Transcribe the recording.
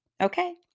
Okay